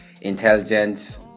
intelligent